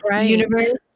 universe